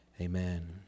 Amen